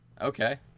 Okay